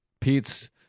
Pete's